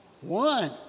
One